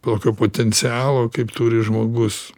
tokio potencialo kaip turi žmogus